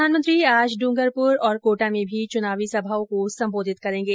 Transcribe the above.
प्रधानमंत्री आज डूंगरपुर और कोटा में भी चुनावी सभाओं को संबोधित करेंगे